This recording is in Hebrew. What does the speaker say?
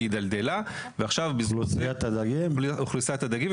שאוכלוסיית הדגים התדלדלה,